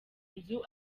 nzu